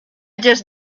just